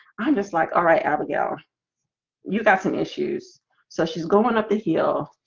i'm just like alright, abigail you got some issues so she's going up the hill